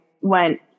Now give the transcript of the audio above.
went